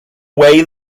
away